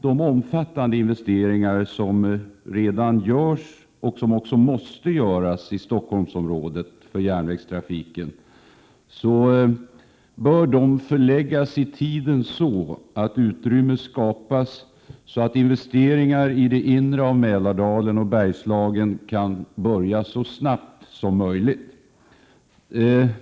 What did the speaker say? De omfattande investeringar i järnvägstrafiken som redan görs, och som också måste göras, i Stockholmsområdet bör i tiden förläggas så, att utrymme skapas för att investeringar i det inre av Mälardalen och i Bergslagen kan börja så snart som möjligt.